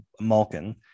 Malkin